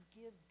give